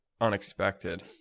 unexpected